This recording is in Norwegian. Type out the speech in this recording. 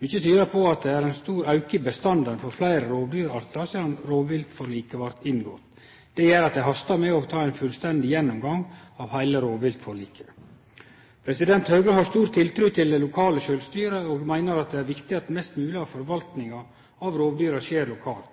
Mykje tyder på at det er ein stor auke i bestandane for fleire rovdyrartar sidan rovdyrforliket vart inngått. Det gjer at det hastar med å ta ein fullstendig gjennomgang av heile rovviltforliket. Høgre har stor tiltru til det lokale sjølvstyret og meiner at det er viktig at mest mogleg av forvaltninga av rovdyra skjer lokalt,